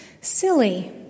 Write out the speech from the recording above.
Silly